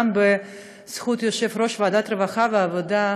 גם בזכות יושב-ראש ועדת העבודה והרווחה,